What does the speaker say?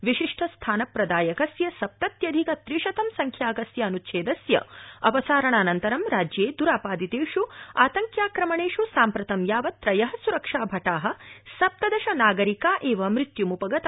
विशिष्टस्थानप्रदायकस्य सप्तत्यधिक त्रिशतं संख्याकस्य अनुच्छिक्वि अपसारणानन्तरं राज्य द्ररापादित्व ी आतंक्याक्रमण्ड ी साम्प्रतं यावत् त्रय सुरक्षाभटा सप्तदश नागरिका एव मृत्युम्पगता